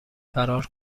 فرار